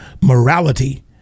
morality